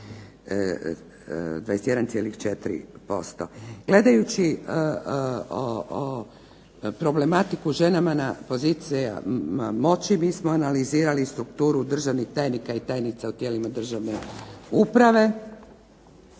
21,4%. Gledajući problematiku žena na pozicijama moći mi smo analizirali strukturu državnih tajnika i tajnica u tijelima državne uprave